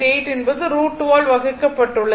8 என்பது √2 ஆல் வகுக்கப்பட்டுள்ளது